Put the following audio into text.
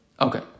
Okay